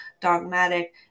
dogmatic